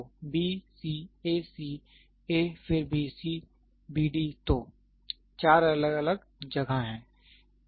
तो b c a c a फिर b c b d तो चार अलग अलग जगह हैं